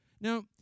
Now